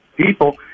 people